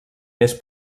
més